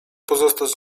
pozostać